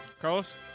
Carlos